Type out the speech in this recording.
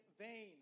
vain